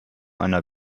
einer